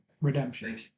redemption